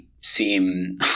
seem